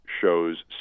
shows